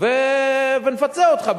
ונפצה אותך.